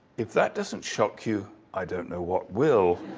if that doesn't shock you, i don't know what will.